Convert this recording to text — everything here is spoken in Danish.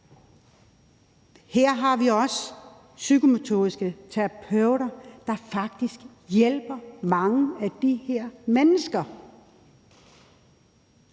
her har vi også psykomotoriske terapeuter, der faktisk hjælper mange af de her mennesker,